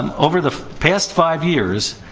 um over the past five years,